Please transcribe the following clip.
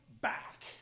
back